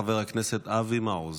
חבר הכנסת אבי מעוז.